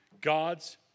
God's